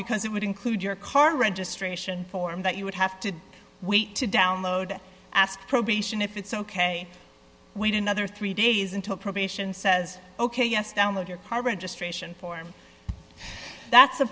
because it would include your car registration form that you would have to wait to download ask probation if it's ok wait another three days until probation says ok yes download your car registration form that's